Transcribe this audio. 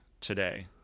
today